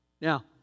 Now